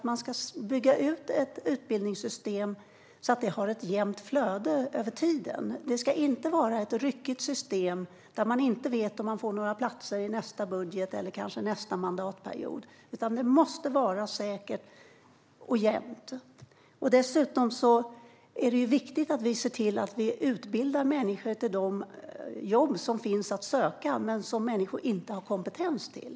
Man bör bygga ut ett utbildningssystem så att det har ett jämnt flöde över tiden. Det ska inte vara ett ryckigt system i vilket man inte vet om man får några platser i nästa budget eller under nästa mandatperiod. Det måste vara säkert och jämnt. Det är dessutom viktigt att utbilda människor till de jobb som finns att söka men som människor inte har kompetens för.